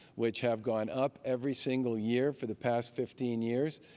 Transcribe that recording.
which have gone up every single year for the past fifteen years,